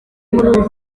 nkuru